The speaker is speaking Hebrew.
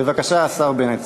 בבקשה, השר בנט.